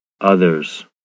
Others